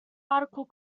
article